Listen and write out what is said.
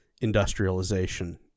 industrialization